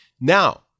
Now